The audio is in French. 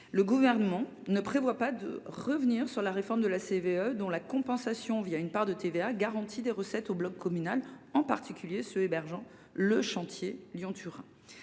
Le Gouvernement ne prévoit pas de revenir sur la réforme de la CVAE, dont la compensation une part de TVA garantit des recettes au bloc communal, en particulier aux collectivités hébergeant le chantier Lyon Turin.